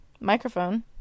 microphone